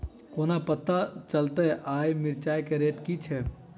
कोना पत्ता चलतै आय मिर्चाय केँ रेट की छै?